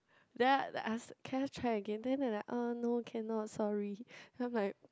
then I ask can I try again then they like uh no cannot sorry then I'm like